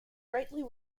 greatly